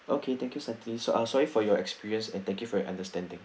okay thank you santini ah sorry for your experience and thank you for your understanding